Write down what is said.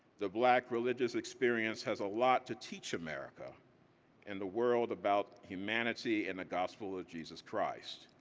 the black religious experience has a lot to teach america and the world about humanity and the gospel of jesus christ.